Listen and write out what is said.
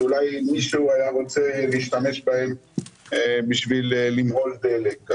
שאולי מישהו היה רוצה להשתמש בהם בשביל למהול דלק.